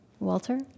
Walter